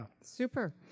Super